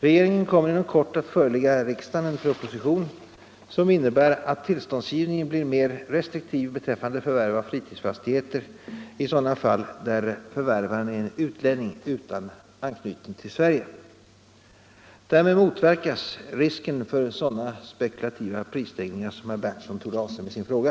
Regeringen kommer inom kort att förelägga riksdagen en proposition som innebär att tillståndsgivningen blir mer restriktiv beträffande förvärv av fritidsfastigheter i sådana fall där förvärvaren är en utlänning utan anknytning till Sverige. Därmed motverkas risken för sådana spekulativa prisstegringar som herr Berndtson torde avse med sin fråga.